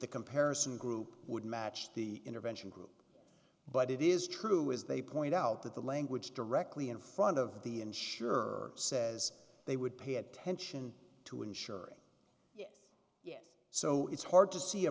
the comparison group would match the intervention group but it is true is they point out that the language directly in front of the and sure says they would pay attention to ensuring yes so it's hard to see a